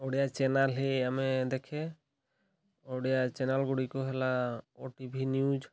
Odia channel ହିଁ ଆମେ ଦେଖେ ଓଡ଼ିଆ ଚ୍ୟାନାଲ୍ ଗୁଡ଼ିକୁ ହେଲା ଓ ଟିଭି ନ୍ୟୁଜ୍